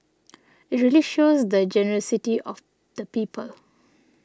it really shows the generosity of the people